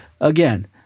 again